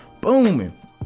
booming